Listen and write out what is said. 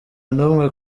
n’umwe